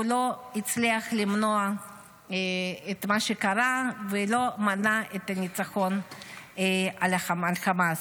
הוא לא הצליח למנוע את מה שקרה ומנע את הניצחון על חמאס.